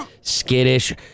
skittish